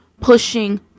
pushing